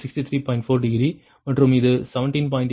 4 degree மற்றும் இது 17